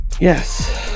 Yes